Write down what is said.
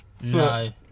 No